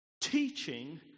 Teaching